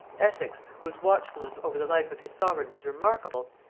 essex, whose watchfulness over the life of his sovereign was remarkable,